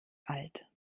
alt